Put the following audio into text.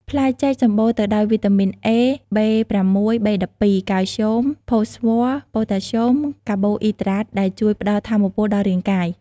ផ្លែចេកសម្បូរទៅដោយវីតាមីន A B6 B12 កាល់ស្យូម ផូស្វ័រ ប៉ូតាស្យូម កាបូអ៊ីដ្រាត ដែលជួយផ្តល់ថាមពលដល់រាងកាយ។